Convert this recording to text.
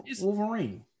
Wolverine